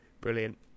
Brilliant